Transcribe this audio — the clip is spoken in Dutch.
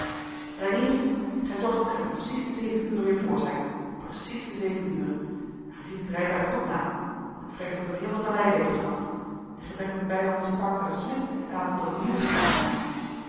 gij zorgt dat gij precies te zeven uren weer voor zijt precies te zeven uren en gij ziet het rijtuig goed na want ik vrees dat het heel wat te lijden heeft gehad en gij brengt het bijdehandsche paard naar den smid en laat het opnieuw beslaan